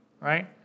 right